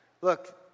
Look